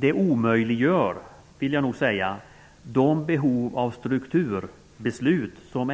Det omöjliggör de behov av strukturbeslut som